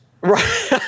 Right